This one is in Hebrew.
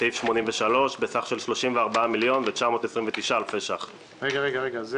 בסך של 34,929 אלפי ש"ח לסעיף 83. יש